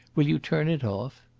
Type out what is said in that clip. will you turn it off?